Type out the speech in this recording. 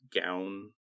gown